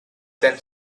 then